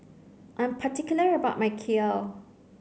I'm particular about my kheer